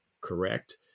correct